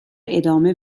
ادامه